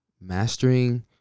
mastering